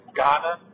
Ghana